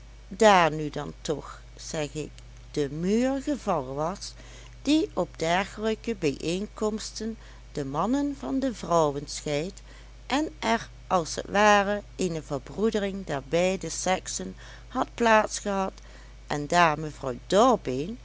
daar nu dan toch zeg ik de muur gevallen was die op dergelijke bijeenkomsten de mannen van de vrouwen scheidt en er als t ware eene verbroedering der beide seksen had plaats gehad en daar mevrouw